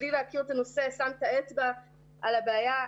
בלי להכיר את הנושא שם את האצבע על הבעיה.